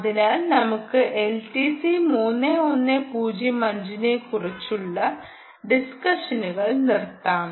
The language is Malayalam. അതിനാൽ നമുക്ക് LTC 3105 നെക്കുറിച്ചുളള ഡിസ്സ്ക്കഷനുകൾ നിർത്താം